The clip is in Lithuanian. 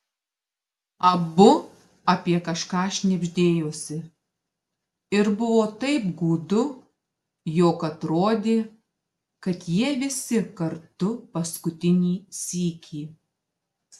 abu apie kažką šnibždėjosi ir buvo taip gūdu jog atrodė kad jie visi kartu paskutinį sykį